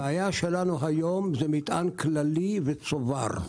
הבעיה שלנו היום זה מטען כללי וצובר.